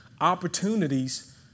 opportunities